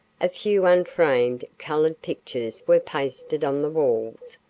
a few unframed, colored pictures were pasted on the walls.